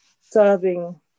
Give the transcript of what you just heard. serving